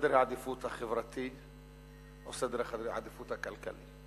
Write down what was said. החברתי או סדר העדיפויות הכלכלי.